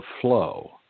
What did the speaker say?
flow